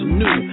new